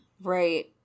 right